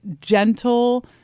gentle